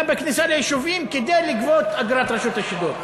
בכניסה ליישובים כדי לגבות אגרת רשות השידור.